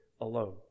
alone